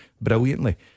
brilliantly